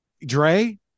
Dre